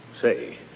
Say